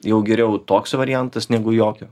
jau geriau toks variantas negu jokio